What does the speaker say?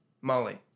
Molly